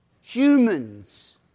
Humans